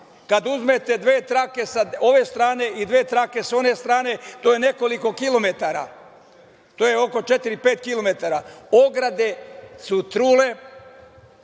Kad uzmete dve trake sa ove strane i dve trake sa one strane, to je nekoliko kilometara, to je oko četiri, pet kilometara, ograde su trule,